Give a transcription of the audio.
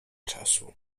czasu